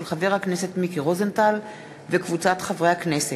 של חבר הכנסת מיקי רוזנטל וקבוצת חברי הכנסת,